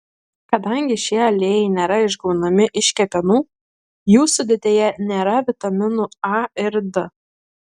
kadangi šie aliejai nėra išgaunami iš kepenų jų sudėtyje nėra vitaminų a ir d